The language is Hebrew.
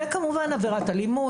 וכמובן עבירת אלימות,